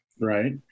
right